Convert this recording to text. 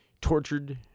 tortured